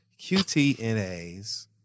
QTNAs